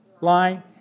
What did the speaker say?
line